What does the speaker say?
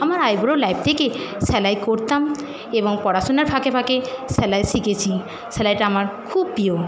আমার আইবুড়ো লাইফ থেকে সেলাই করতাম এবং পড়াশোনার ফাঁকে ফাঁকে সেলাই শিখেছি স্যালাইটা আমার খুব প্রিয়